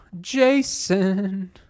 Jason